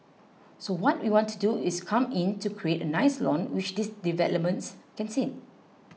so what we want to do is come in to create a nice lawn which these developments can seen